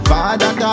Father